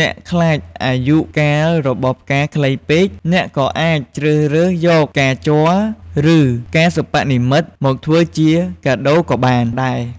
អ្នកខ្លាចអាយុកាលរបស់ផ្កាខ្លីពេក អ្នកក៏អាចជ្រើសរើសយក ផ្កាជ័រ ឬ ផ្កាសិប្បនិម្មិត មកធ្វើជាកាដូក៏បានដែរ។